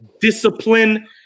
discipline